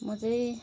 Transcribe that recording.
म चाहिँ